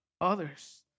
others